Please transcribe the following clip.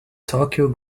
tokyo